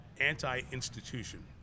anti-institution